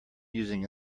using